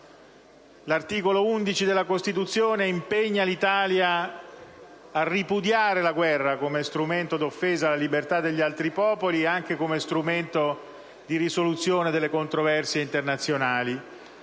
L'articolo 11 della Costituzione impegna l'Italia a ripudiare la guerra come strumento di offesa alla libertà degli altri popoli e come strumento di risoluzione delle controversie internazionali,